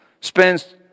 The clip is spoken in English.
spends